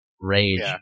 Rage